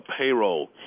payroll